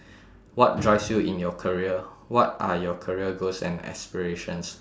what drives you in your career what are your career goals and aspirations